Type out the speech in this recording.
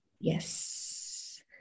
Yes